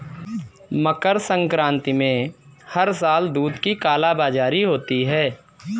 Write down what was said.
मकर संक्रांति में हर साल दूध की कालाबाजारी होती है